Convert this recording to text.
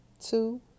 Two